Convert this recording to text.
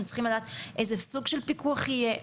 הם צריכים לדעת איזה סוג של פיקוח יהיה,